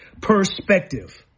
Perspective